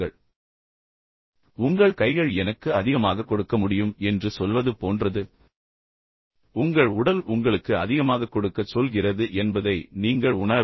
உங்கள் கைகள் வேண்டாம் என்று சொல்வதற்குப் பதிலாக நீங்கள் எனக்கு அதிகமாகக் கொடுக்க முடியும் என்று சொல்வது போன்றது மேலும் உங்கள் உடல் உங்களுக்கு அதிகமாகக் கொடுக்கச் சொல்கிறது என்பதை நீங்கள் உணரவில்லை